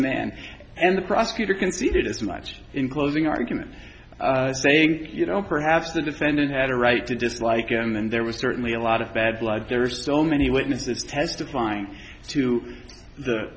man and the prosecutor conceded as much in closing argument saying you know perhaps the defendant had a right to dislike him and there was certainly a lot of bad blood there are so many witnesses testifying to the